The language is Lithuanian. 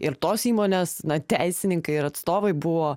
ir tos įmonės teisininkai ir atstovai buvo